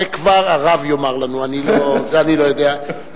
זה כבר הרב יאמר לנו, אני לא יודע.